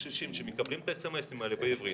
קשישים שמקבלים את האס.אמ.אסים האלה בעברית,